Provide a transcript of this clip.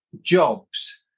jobs